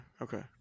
Okay